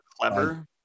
clever